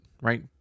Right